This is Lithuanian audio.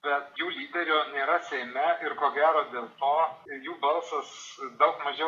bet jų lyderio nėra seime ir ko gero dėl to ir jų balsas daug mažiau